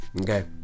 Okay